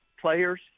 players